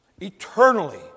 Eternally